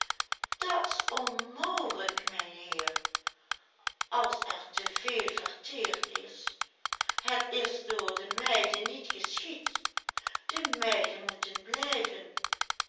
dat's onmogelijk mijnheer als er te veel verteerd is het is door de meiden niet geschied de meiden moeten blijven